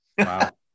Wow